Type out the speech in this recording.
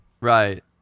Right